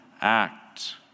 act